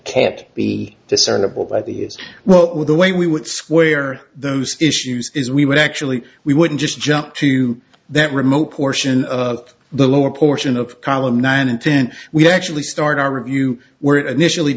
can't be discernable by the well the way we would square those issues is we would actually we wouldn't just jump to that remote portion of the lower portion of column nine and then we actually start our review where it initially